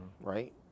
right